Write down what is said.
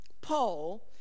Paul